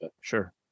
Sure